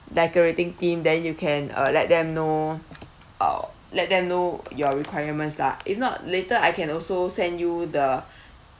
decorating team then you can uh let them know uh let them know your requirements lah if not later I can also send you the